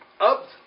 up